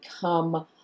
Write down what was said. come